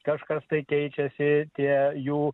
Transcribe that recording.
kažkas tai keičiasi tie jų